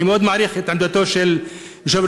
אני מאוד מעריך את עמדתו של יושב-ראש